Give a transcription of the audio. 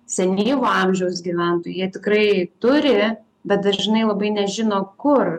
senyvo amžiaus gyventojai jie tikrai turi bet dažnai labai nežino kur